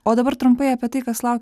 o dabar trumpai apie tai kas laukia